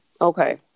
Okay